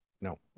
no